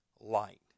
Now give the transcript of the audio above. light